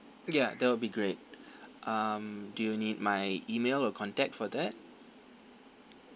ya that will be great um do you need my email or contact for that